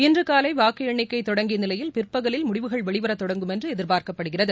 இன்று காலை வாக்கு எண்ணிக்கை தொடங்கிய நிலையில் பிற்பகலில் முடிவுகள் வெளிவரத் தொடங்கும் என்று எதிர்பார்க்கப்படுகிறது